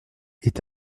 est